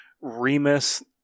remus